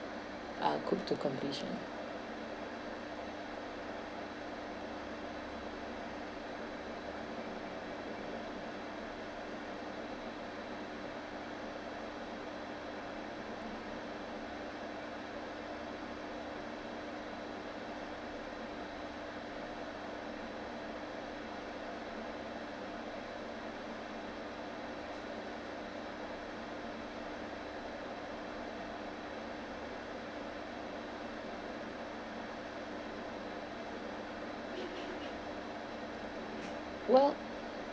uh cooked to completion well